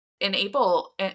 enable